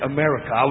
America